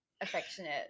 affectionate